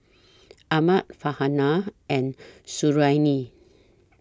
Ahmad Farhanah and Suriani